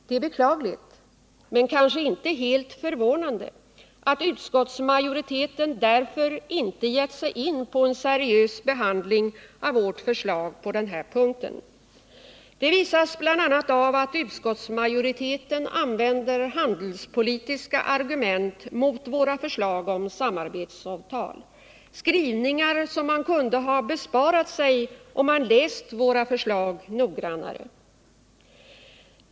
Det är beklagligt, men kanske inte helt förvånande, att utskottsmajoriteten därför inte gett sig in på en seriös behandling av vårt förslag på denna punkt. Det visas bl.a. av att utskottsmajoriteten använder handelspolitiska argument mot våra förslag om samarbetsavtal, skrivningar som man kunde ha besparat sig om man läst våra förslag noggrannare.